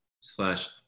slash